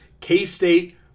K-State